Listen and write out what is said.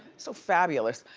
so fabulous.